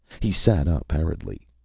he sat up hurriedly.